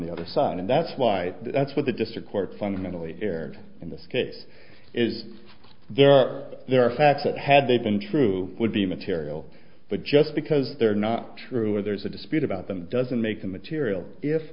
the other son and that's why that's what the district court fundamentally erred in this case is there are there are facts that had they been true would be material but just because they're not true or there's a dispute about them doesn't make a material if